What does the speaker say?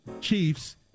Chiefs